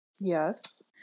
yes